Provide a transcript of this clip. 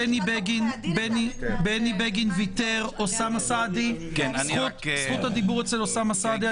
בני בגין ויתר, אז זכות הדיבור אצל אוסאמה סעדי.